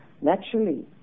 Naturally